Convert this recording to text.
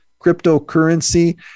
cryptocurrency